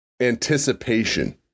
anticipation